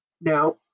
Now